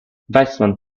weisman